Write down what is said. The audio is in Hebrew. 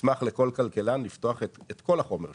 נשמח לפתוח את כל החומר שלנו.